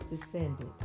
descended